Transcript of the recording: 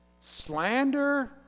Slander